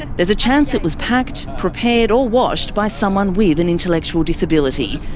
there's a chance it was packed, prepared or washed by someone with an intellectual disability.